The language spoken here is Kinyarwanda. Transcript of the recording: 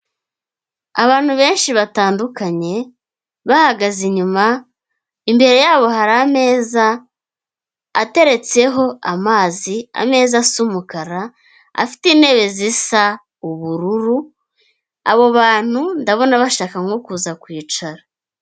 Abantu benshi batandukanye bahagaze inyuma, imbere yabo hari ameza ateretseho amazi, ameza asa umukara afite intebe zisa ubururu, abo bantu ndabona bashaka nko kuza kwicara.